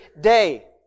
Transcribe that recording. day